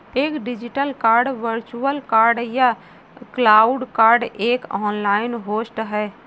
एक digital card virtual card या cloud card एक ऑनलाइन होस्ट है